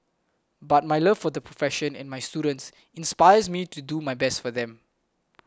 but my love for the profession and my students inspires me to do my best for them